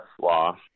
law